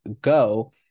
go